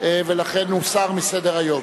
ולכן הוסרה מסדר-היום.